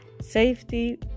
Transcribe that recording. safety